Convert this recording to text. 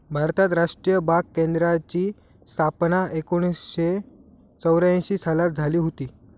भारतात राष्ट्रीय बाग केंद्राची स्थापना एकोणीसशे चौऱ्यांशी सालात झाली हुती